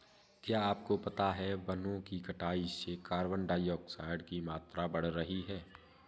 क्या आपको पता है वनो की कटाई से कार्बन डाइऑक्साइड की मात्रा बढ़ रही हैं?